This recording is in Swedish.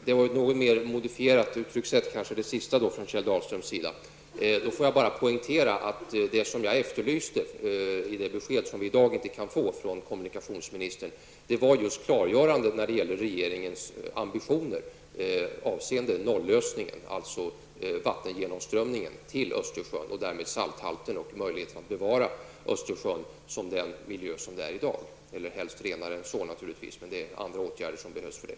Herr talman! Det sista var kanske ett mera modifierat uttryck från Kjell Dahlström. Får jag då bara poängtera att det som jag efterlyste i det besked som vi i dag inte kan få från kommunikationsministern var just ett klargörande när det gäller regeringens ambition avseende nolllösningen, alltså vattengenomströmning till Östersjön och därmed salthalten och möjligheterna att bevara Östersjöns miljö som den är i dag, eller allra helst naturligtvis renare än så, men det är andra åtgärder som krävs för det.